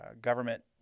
government